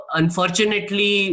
unfortunately